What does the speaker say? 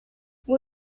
will